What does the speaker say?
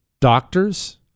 doctors